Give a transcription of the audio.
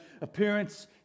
appearance